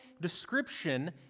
description